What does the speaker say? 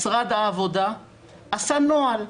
משרד העבודה עשה נוהל,